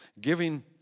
Giving